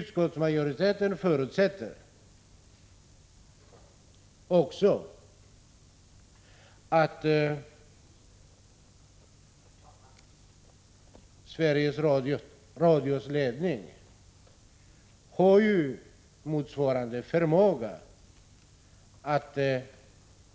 Utskottsmajoriteten förutsätter också att Sveriges Radios ledning har motsvarande förmåga att